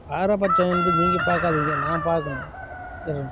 பாரபட்சம் என்பது நீங்கள் பார்க்காதீங்க நான் பார்க்கணும்